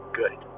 good